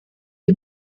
die